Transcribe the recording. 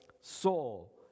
Soul